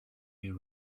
you